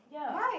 here